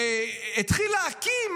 והתחיל להקים,